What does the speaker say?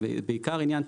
זה בעיקר עניין תקציבי.